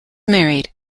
married